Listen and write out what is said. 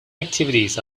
activities